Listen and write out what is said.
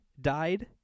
died